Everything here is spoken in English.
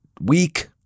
week